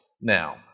now